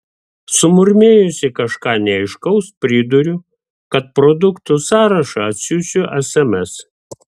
sumurmėjusi kažką neaiškaus priduriu kad produktų sąrašą atsiųsiu sms